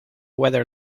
weather